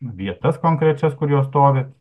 vietas konkrečias kur jos stovi